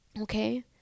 Okay